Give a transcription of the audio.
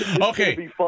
Okay